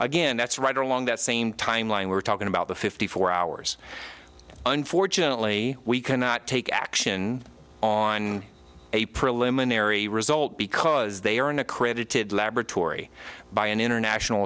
again that's right along that same time line we're talking about the fifty four hours unfortunately we cannot take action on a preliminary result because they are an accredited laboratory by an international